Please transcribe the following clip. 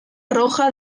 roja